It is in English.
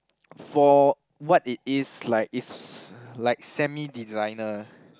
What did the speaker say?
for what it is like is like semi designer